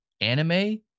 anime